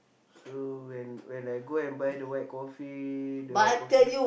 so when when I go and buy the white coffee the white coffee